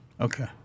Okay